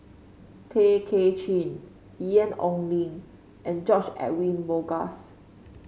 Tay Kay Chin Ian Ong Li and George Edwin Bogaars